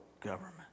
government